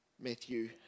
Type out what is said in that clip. Matthew